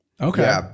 Okay